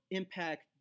impact